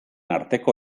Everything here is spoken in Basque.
arteko